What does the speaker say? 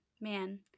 man